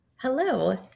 Hello